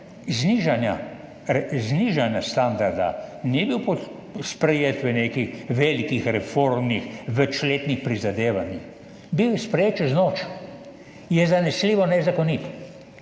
znižanja standarda ni bil sprejet v nekih velikih reformnih večletnih prizadevanjih, sprejet je bil čez noč in je zanesljivo nezakonit.